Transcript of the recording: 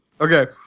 Okay